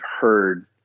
heard